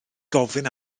gofyn